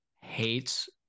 hates